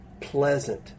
pleasant